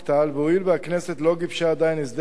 והואיל והכנסת לא גיבשה עדיין הסדר חוקי